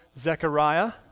Zechariah